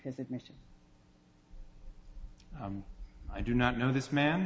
his admission i do not know this man